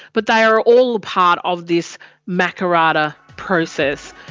but they are all part of this makarrata process,